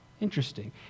interesting